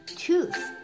tooth